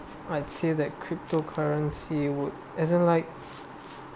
I'd say that crypto currency would as in like